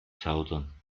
zaudern